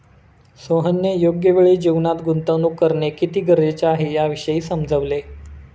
सोहनने योग्य वेळी जीवनात गुंतवणूक करणे किती गरजेचे आहे, याविषयी समजवले